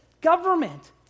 government